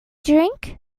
drink